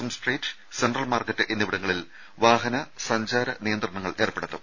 M street central market എന്നിവിടങ്ങളിൽ വാഹന സഞ്ചാര നിയന്ത്രണങ്ങൾ ഏർപ്പെടുത്തും